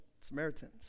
Samaritans